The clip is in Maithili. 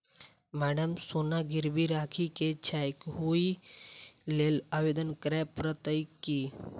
मैडम सोना गिरबी राखि केँ छैय ओई लेल आवेदन करै परतै की?